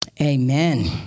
Amen